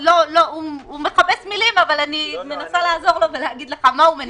הוא מחפש מילים אבל אני מנסה לעזור לו להגיד לך מה הוא מנסה לומר.